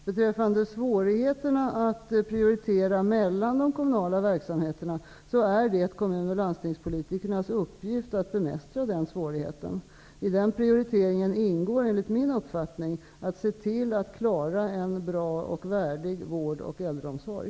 Beträffande svårigheten att prioritera mellan de kommunala verksamheterna så är det kommunoch landstingspolitikernas uppgift att bemästra denna svårighet. I den prioriteringen ingår enligt min uppfattning att se till att klara en bra och värdig vård och äldreomsorg.